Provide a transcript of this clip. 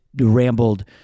rambled